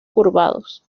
curvados